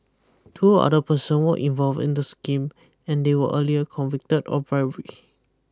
two other person were involved in the scheme and they were earlier convicted of bribery